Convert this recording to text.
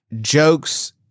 jokes